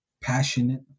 passionate